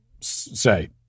say